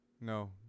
No